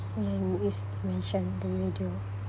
ya mention the radio